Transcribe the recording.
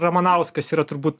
ramanauskas yra turbūt